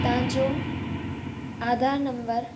तव्हांजो आधार नम्बर